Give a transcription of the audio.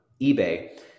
eBay